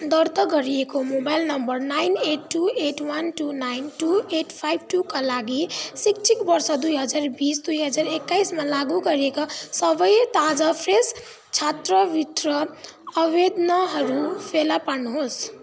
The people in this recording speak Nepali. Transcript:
दर्ता गरिएको mobile number nine eight two eight one two nine two eight five टुका लागि शैक्षिक वर्ष दुई हजार बिस दुई हजार एक्काइसमा लागू गरिएका सबै ताजा फ्रेस छात्रवृत्ति अवेदनहरू फेला पार्नुहोस्